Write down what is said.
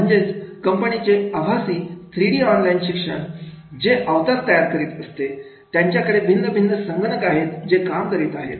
म्हणजेच कंपनीचे आभासी थ्रीडी ऑनलाइन शिक्षण जे अवतार तयार करीत असते त्यांच्याकडे भिन्नभिन्न संगणक आहेत जे काम करीत आहे